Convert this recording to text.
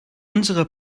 unsere